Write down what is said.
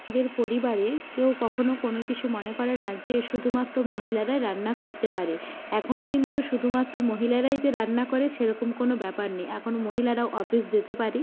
আমাদের পরিবারে কেউ কখনো কোনো কিছু মনে করে না যে শুধুমাত্র মহিলারাই রান্না করতে পারে এখন কিন্তু শুধুমাত্র মহিলারাই যে রান্না করে সেরকম কোনো ব্যাপার নেই এখন মহিলারাও অফিস যেতে পারে